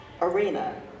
arena